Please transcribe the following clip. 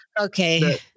Okay